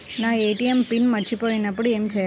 నా ATM pin మరచిపోయినప్పుడు ఏమి చేయాలి?